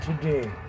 today